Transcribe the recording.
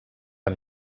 amb